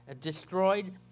destroyed